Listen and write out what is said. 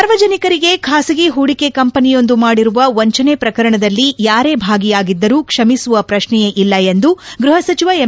ಸಾರ್ವಜನಿಕರಿಗೆ ಖಾಸಗಿ ಹೊಡಿಕೆ ಕಂಪನಿಯೊಂದು ಮಾಡಿರುವ ವಂಚನೆ ಪ್ರಕರಣದಲ್ಲಿ ಯಾರೇ ಭಾಗಿಯಾಗಿದ್ದರೂ ಕ್ಷಮಿಸುವ ಪ್ರಶ್ನೆಯೇ ಇಲ್ಲ ಎಂದು ಗೃಹ ಸಚಿವ ಎಂ